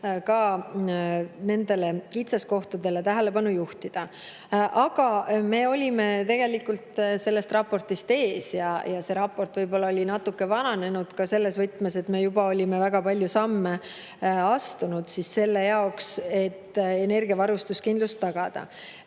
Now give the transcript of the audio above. nendele kitsaskohtadele tähelepanu juhtida. Aga me olime tegelikult sellest raportist ees ja see raport on võib-olla natuke vananenud selles võtmes, et me oleme juba astunud väga palju samme selle jaoks, et energiavarustuskindlust tagada.